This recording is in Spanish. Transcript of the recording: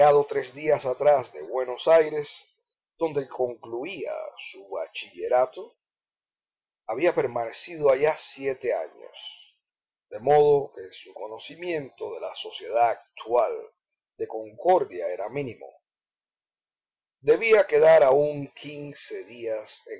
llegado tres días atrás de buenos aires donde concluía su bachillerato había permanecido allá siete años de modo que su conocimiento de la sociedad actual de concordia era mínimo debía quedar aún quince días